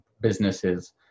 businesses